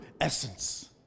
essence